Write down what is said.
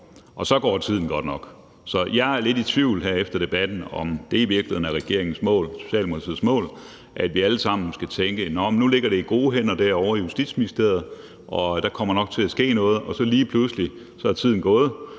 og så går tiden godt nok. Jeg er efter debatten her lidt i tvivl om, om det i virkeligheden er regeringens og Socialdemokratiets mål, at vi alle sammen skal tænke: Nu ligger det i gode hænder derovre i Justitsministeriet, og der kommer nok til at ske noget. Men lige pludselig er tiden gået,